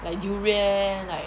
like durian like